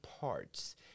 parts